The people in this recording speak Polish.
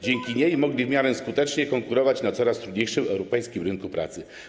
Dzięki niej mogli w miarę skutecznie konkurować na coraz trudniejszym europejskim rynku pracy.